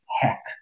heck